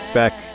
back